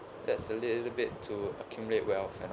that's a little bit to accumulate wealth and all